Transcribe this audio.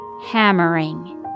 hammering